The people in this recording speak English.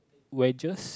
wedges